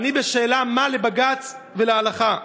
ואני שואל שאלה: מה לבג"ץ ולהלכה?